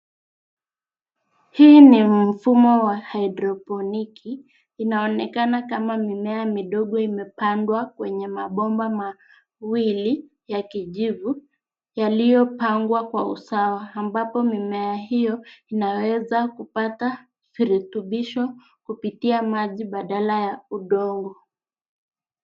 Hii ni mfumo wa hydroponiki, inaonekana kama mimea mdogo imepandwa kwenye mabomba mawili ya kijivu, yaliyopangwa kwa usawa, ambapo mimea hio inaweza kupata virutubisho kupitia maji badala ya udongo.